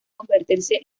convertirse